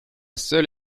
seule